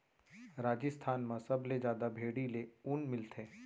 राजिस्थान म सबले जादा भेड़ी ले ऊन मिलथे